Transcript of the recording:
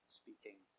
speaking